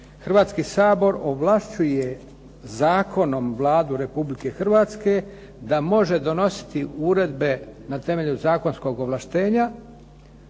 Hrvatski sabor ovlašćuje zakonom Vladu Republike Hrvatsku da može donositi uredbe na temelju zakonskog ovlaštenja